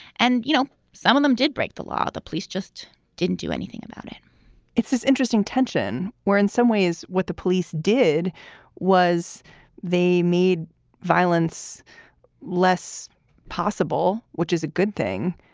and, you know, some of them did break the law. the police just didn't do anything about it it's this interesting tension where in some ways what the police did was they made violence less possible, which is a good thing.